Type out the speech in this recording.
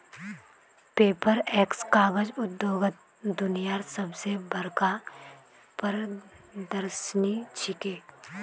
Paperex कागज उद्योगत दुनियार सब स बढ़का प्रदर्शनी छिके